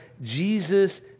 Jesus